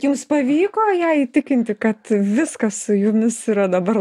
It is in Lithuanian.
jums pavyko ją įtikinti kad viskas su jumis yra dabar